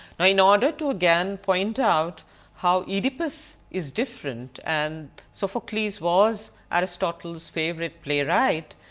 now in order to again point out how oedipus is different and sophocles was aristotle's favorite playwright,